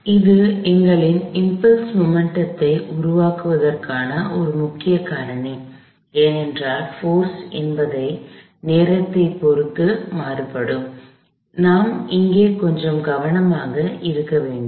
எனவே இது எங்களின் இம்பல்ஸ் மொமெண்ட்டத்தை உருவாக்குவதற்கான ஒரு முக்கிய காரணி ஏனென்றால் போர்ஸ் என்பது நேரத்தை பொறுத்து மாறுபடும் எனவே நாம் இங்கே கொஞ்சம் கவனமாக இருக்க வேண்டும்